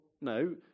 no